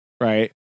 right